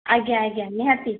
ଆଜ୍ଞା ଆଜ୍ଞା ନିହାତି